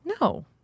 No